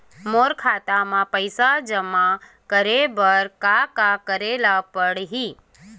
मोर खाता म पईसा जमा करे बर का का करे ल पड़हि?